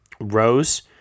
rows